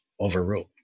overruled